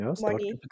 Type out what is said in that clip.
money